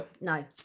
no